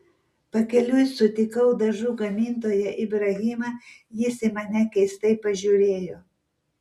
pakeliui sutikau dažų gamintoją ibrahimą jis į mane keistai pažiūrėjo